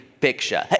picture